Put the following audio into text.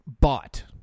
bought